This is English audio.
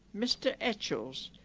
mr etchells,